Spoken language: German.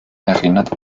erinnerte